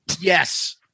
Yes